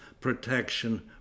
protection